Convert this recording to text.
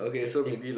interesting